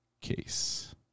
case